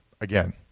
Again